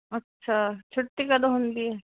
ਅੱਛਾ ਛੁੱਟੀ ਕਦੋਂ ਹੁੰਦੀ ਆ